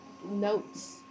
notes